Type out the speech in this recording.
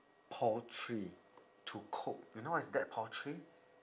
poultry to cook you know what is dead poultry